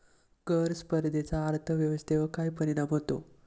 कर स्पर्धेचा अर्थव्यवस्थेवर काय परिणाम होतो?